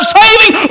saving